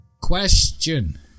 Question